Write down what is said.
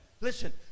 Listen